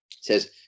says